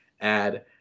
add